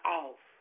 off